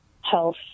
health